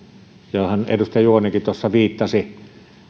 johon edustaja juvonenkin tuossa viittasi